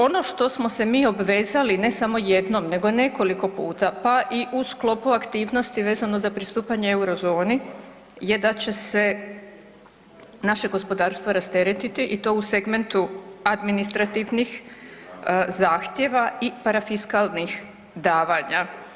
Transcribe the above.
Ono što smo se mi obvezali ne samo jednom, nego nekoliko puta pa i u sklopu aktivnosti vezano za pristupanje euro zoni je da će se naše gospodarstvo rasteretiti i to u segmentu administrativnih zahtjeva i parafiskalnih davanja.